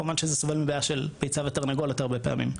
כמובן שזה סובל מבעיה של ביצה ותרנגולת הרבה פעמים,